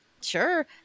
sure